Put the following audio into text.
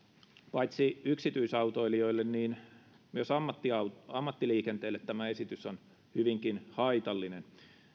paitsi yksityisautoilijoille niin myös ammattiliikenteelle tämä esitys on hyvinkin haitallinen